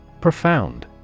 Profound